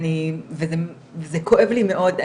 וזה כואב לי מאוד.